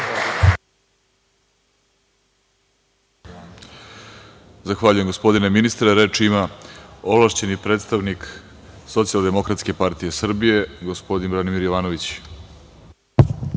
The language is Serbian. Zahvaljujem gospodine ministre. Reč ima ovlašćeni predstavnik Socijaldemokratske partije Srbije, gospodin Branimir Jovanović.